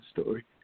story